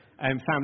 family